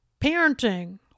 parenting